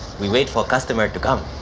we wait for customers to come.